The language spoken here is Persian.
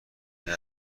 نیمه